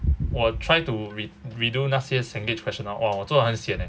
我 try to re~ redo 那些 cengage rational hor orh 我做的很 sian leh